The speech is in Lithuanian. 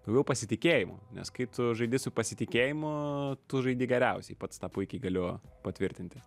daugiau pasitikėjimo nes kai tu žaidi su pasitikėjimu tu žaidi geriausiai pats tą puikiai galiu patvirtinti